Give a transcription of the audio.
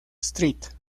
street